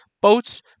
Boats